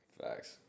Facts